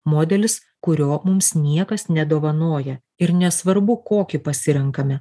modelis kurio mums niekas nedovanoja ir nesvarbu kokį pasirenkame